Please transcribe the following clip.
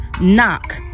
Knock